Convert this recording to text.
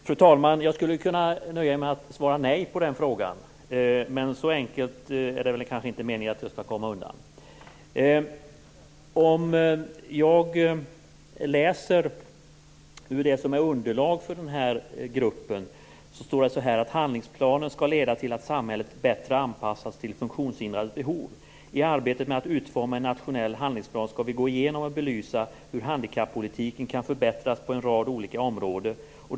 Fru talman! Jag skulle nöja mig med att svara nej på den frågan. Så enkelt är det väl inte meningen att jag skall komma undan. I underlaget för gruppen framgår följande: Handlingsplanen skall leda till att samhället bättre anpassas till funktionshindrades behov. I arbetet med att utforma en nationell handlingsplan skall vi gå igenom och belysa hur handikappolitiken kan förbättras på en rad olika områden.